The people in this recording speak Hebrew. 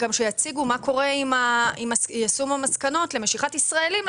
שווה שיציגו גם מה קורה עם יישום המסקנות למשיכת ישראלים לתחום.